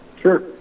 Sure